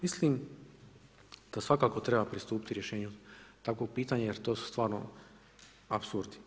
Mislim, da svakako treba pristupiti rješenju takvog pitanja jer to su stvarno apsurd.